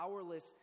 powerless